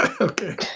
Okay